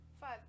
five